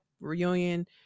reunion